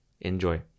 enjoy